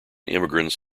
immigrants